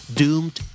doomed